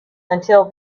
until